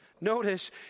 notice